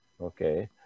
Okay